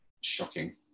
shocking